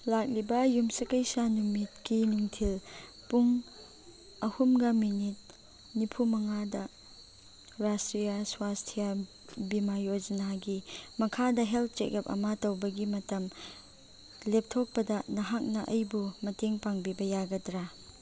ꯂꯥꯛꯂꯤꯕ ꯌꯨꯝꯁꯀꯩꯁ ꯅꯨꯃꯤꯠꯀꯤ ꯅꯨꯡꯊꯤꯜ ꯄꯨꯡ ꯑꯍꯨꯝꯒ ꯃꯤꯅꯤꯠ ꯅꯤꯐꯨ ꯃꯉꯥꯗ ꯔꯥꯁꯇ꯭ꯔꯤꯌꯥ ꯁ꯭ꯋꯥꯁꯊꯤꯌꯥ ꯕꯤꯃꯥ ꯌꯣꯖꯅꯥꯒꯤ ꯃꯈꯥꯗ ꯍꯦꯜꯠ ꯆꯦꯛ ꯑꯞ ꯑꯃ ꯇꯧꯕꯒꯤ ꯃꯇꯝ ꯂꯦꯞꯊꯣꯛꯄꯗ ꯅꯍꯥꯛꯅ ꯑꯩꯕꯨ ꯃꯇꯦꯡ ꯄꯥꯡꯕꯤꯕ ꯌꯥꯒꯗ꯭ꯔꯥ